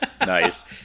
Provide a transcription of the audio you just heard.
Nice